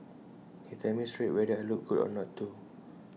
he tells me straight whether I look good or not too